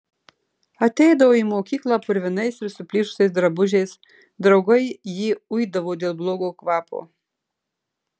ateidavo į mokyklą purvinais ir suplyšusiais drabužiais draugai jį uidavo dėl blogo kvapo